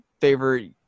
favorite